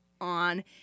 on